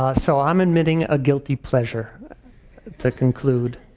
ah so i'm admitting a guilty pleasure to conclude.